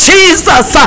Jesus